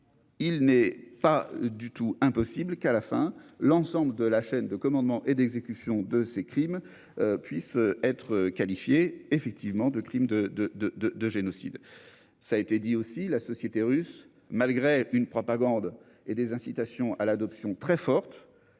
Il n'est pas du tout impossible que, à la fin, l'ensemble de la chaîne de commandement et d'exécution de ces crimes puisse être accusée de crimes de génocide. Cela a été rappelé, la société russe, malgré une propagande et des incitations très fortes